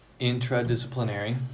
intradisciplinary